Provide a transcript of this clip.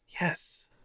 Yes